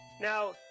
Now